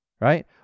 right